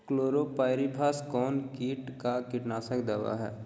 Chlorpyrifos कौन किट का कीटनाशक दवा है?